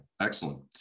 excellent